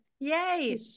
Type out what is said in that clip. Yay